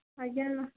ଆଜ୍ଞା